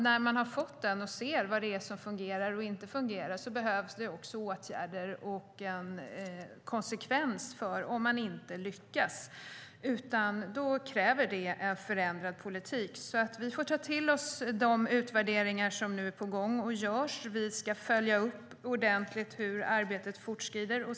När den finns och man kan se vad som fungerar och inte fungerar behövs också åtgärder och konsekvenser om man inte lyckas. Det kräver en förändrad politik. Vi får ta till oss de utvärderingar som nu är på gång. Vi ska följa upp ordentligt hur arbetet fortskrider.